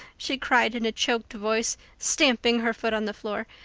she cried in a choked voice, stamping her foot on the floor.